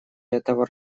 этого